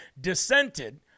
dissented